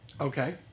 Okay